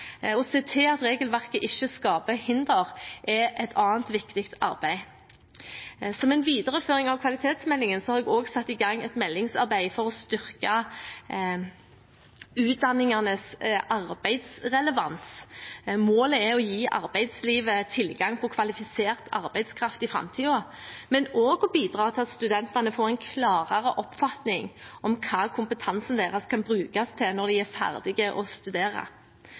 se til at regelverket ikke skaper hindre, er et annet viktig arbeid. Som en videreføring av kvalitetsmeldingen har jeg også satt i gang et meldingsarbeid for å styrke utdanningenes arbeidsrelevans. Målet er å gi arbeidslivet tilgang på kvalifisert arbeidskraft i framtiden, men også å bidra til at studentene får en klarere oppfatning om hva kompetansen deres kan brukes til når de er ferdige med å studere.